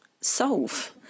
solve